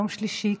יום שלישי,